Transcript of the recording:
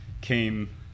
came